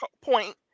point